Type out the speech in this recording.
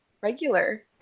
regular